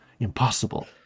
impossible